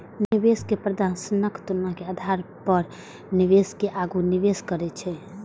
निवेश प्रदर्शनक तुलना के आधार पर निवेशक आगू निवेश करै छै